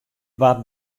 waard